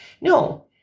No